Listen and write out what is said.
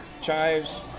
chives